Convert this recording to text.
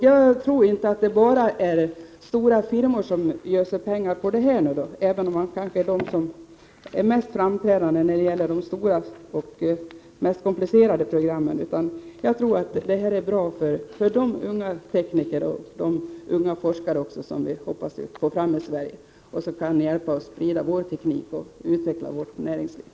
Jag tror inte att det bara är stora firmor som tjänar pengar på detta, även om det kanske är de som är mest framträdande när det gäller de stora och mest komplicerade programmen, utan jag tror att detta är bra för unga tekniker och unga forskare som vi hoppas få fram i Sverige och som kan = Prot. 1988/89:120 hjälpa till att sprida vår teknik och utveckla vårt näringsliv.